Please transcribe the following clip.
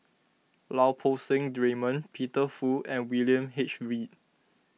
Lau Poo Seng Raymond Peter Fu and William H Read